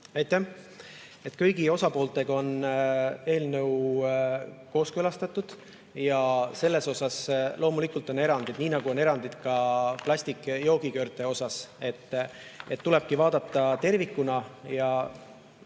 Aitäh! Kõigi osapooltega on eelnõu kooskõlastatud ja selles osas loomulikult on erandid, nii nagu on erandid plastikjoogikõrte osas. Tulebki vaadata tervikuna.